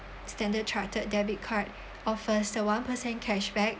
standard chartered debit card offers a one percent cashback